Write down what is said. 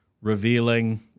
revealing